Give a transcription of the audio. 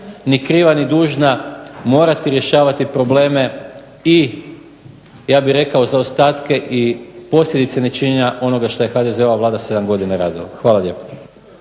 ni kriva ni dužna morati rješavati probleme i ja bih rekao zaostatke i posljedice nečinjenja onoga što je HDZ-ova Vlada 7 godina radila. Hvala lijepo.